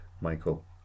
Michael